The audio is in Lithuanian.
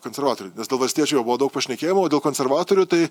konservatorių nes dėl valstiečių jau buvo daug pašnekėjimo o dėl konservatorių tai